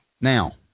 Now